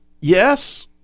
yes